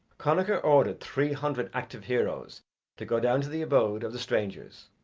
connachar ordered three hundred active heroes to go down to the abode of the strangers,